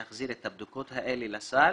להחזיר את הבדיקות האלה לסל